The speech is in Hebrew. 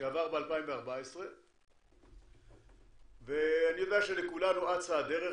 שעבר ב-2014 ואני יודע שלכולנו אצה הדרך,